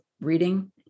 reading